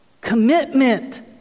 commitment